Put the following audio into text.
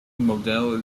model